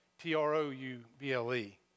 T-R-O-U-B-L-E